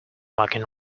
mucking